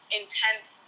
intense